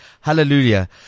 Hallelujah